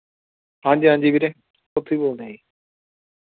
ਹਾਂਜੀ ਹਾਂਜੀ ਵੀਰੇ ਉਥੋਂ ਹੀ ਬੋਲਦਾਂ ਜੀ